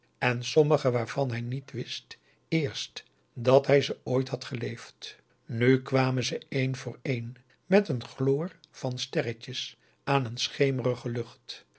en sommige waarvan hij niet wist eerst dat hij ze ooit had geleefd nu kwamen ze een voor een met een gloor van sterretjes aan een schemerige lucht